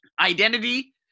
Identity